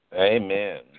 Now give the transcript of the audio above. Amen